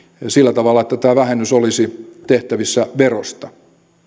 sillä tavalla että tämä vähennys olisi tehtävissä verosta